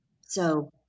So-